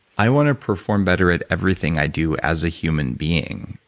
i want to perform better at everything i do as a human being,